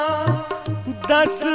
Das